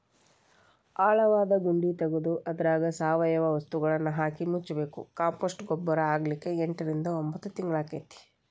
ಆಳವಾದ ಗುಂಡಿ ತಗದು ಅದ್ರಾಗ ಸಾವಯವ ವಸ್ತುಗಳನ್ನಹಾಕಿ ಮುಚ್ಚಬೇಕು, ಕಾಂಪೋಸ್ಟ್ ಗೊಬ್ಬರ ಆಗ್ಲಿಕ್ಕೆ ಎಂಟರಿಂದ ಒಂಭತ್ ತಿಂಗಳಾಕ್ಕೆತಿ